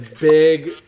big